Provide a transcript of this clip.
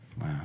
Wow